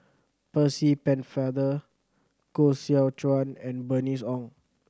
Percy Pennefather Koh Seow Chuan and Bernice Ong